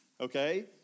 okay